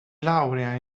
laurea